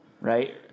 right